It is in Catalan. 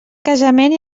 casament